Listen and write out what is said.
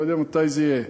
אני לא יודע מתי זה יהיה.